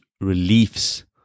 reliefs